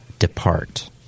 depart